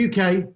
UK